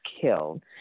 killed